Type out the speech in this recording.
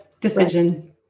decision